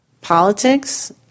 politics